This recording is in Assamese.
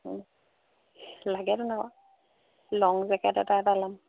লাগেতো আকৌ ল'ম জেকেট এটা এটা ল'ম